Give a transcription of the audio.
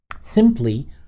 simply